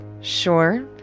Sure